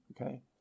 Okay